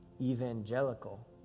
evangelical